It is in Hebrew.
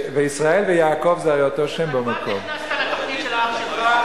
וישראל ויעקב זה אותו שם אתה כבר נכנסת לתוכנית של האח שלך,